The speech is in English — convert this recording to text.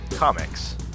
Comics